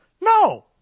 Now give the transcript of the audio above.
no